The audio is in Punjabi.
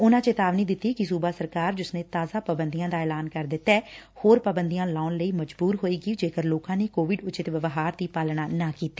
ਉਨੂਾਂ ਚੇਤਾਵਨੀ ਦਿੱਤੀ ਕਿ ਸੁਬਾ ਸਰਕਾਰ ਜਿਸ ਨੇ ਤਾਜ਼ਾ ਪਾਬੰਦੀਆਂ ਦਾ ਐਲਾਨ ਕਰ ਦਿੱਤੈ ਹੋਰ ਪਾਬੰਦੀਆਂ ਲਾਉਣ ਲਈ ਮਜਬੂਤ ਹੇੱਵੇਗੀ ਜੇਕਰ ਲੋਕਾਂ ਨੇ ਕੋਵਿਡ ਉਚਿਤ ਵਿਵਹਾਰ ਦੀ ਪਾਲਣਾ ਨਾ ਕੀਡੀ